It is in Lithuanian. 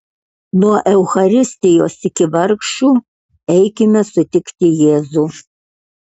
nuo eucharistijos iki vargšų eikime sutikti jėzų